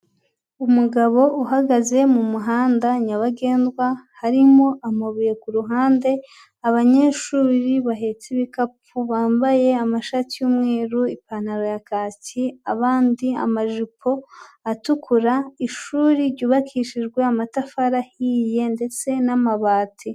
Umugabo uhagaze mu muhanda nyabagendwa, harimo amabuye ku ruhande, abanyeshuri bahetse ibikapu bambaye amashati y'umweru, ipantaro ya kaki, abandi amajipo atukura, ishuri ryubakishijwe amatafari ahiye ndetse n'amabati.